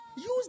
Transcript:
use